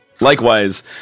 Likewise